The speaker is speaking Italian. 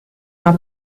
una